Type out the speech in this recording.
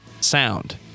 sound